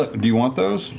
do you want those?